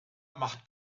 macht